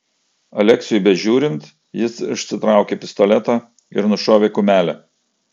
aleksiui bežiūrint jis išsitraukė pistoletą ir nušovė kumelę